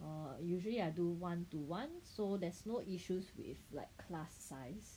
err usually I do one to one so there's no issues with like class size